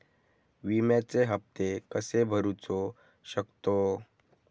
विम्याचे हप्ते कसे भरूचो शकतो?